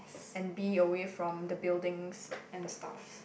and be away from the buildings and stuff